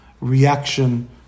reaction